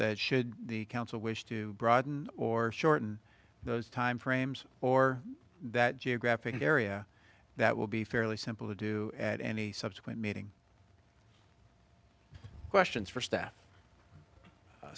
that should the council wish to broaden or shorten those timeframes or that geographical area that will be fairly simple to do at any subsequent meeting questions for st